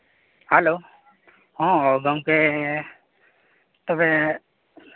hello ᱦᱮᱸ ᱜᱚᱢᱠᱮ ᱛᱚᱵᱮ